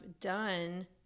done